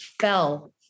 fell